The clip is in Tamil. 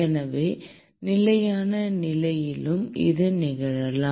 எனவே நிலையான நிலையிலும் இது நிகழலாம்